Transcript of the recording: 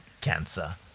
cancer